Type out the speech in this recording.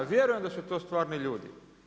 A vjerujem da su to stvarni ljudi.